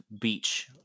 beach